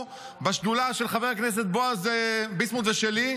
בשדולה של חבר הכנסת בועז ביסמוט ושלי,